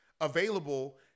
available